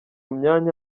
myanya